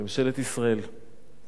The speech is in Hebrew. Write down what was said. ממשלת ישראל.